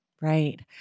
Right